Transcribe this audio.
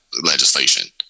legislation